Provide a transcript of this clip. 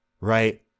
Right